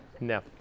No